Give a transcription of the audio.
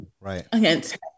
Right